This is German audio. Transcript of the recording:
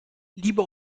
lieber